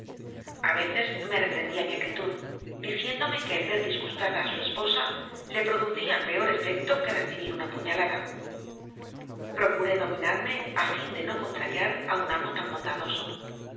personalmente a veces me reprendía mi acritud diciéndome que el ver disgustada a su esposa le producía peor efecto que recibir una puñalada procuré dominarme a fin de no contrariar a un amo tan bondadoso